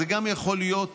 זה גם יכול להיות